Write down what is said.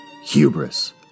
hubris